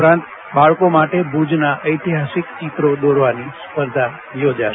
ઉપરાંત બાળકો માટે ભુજના ઐતિહાસિક ચિત્રો દોરવાની સ્પર્ધા યોજાશે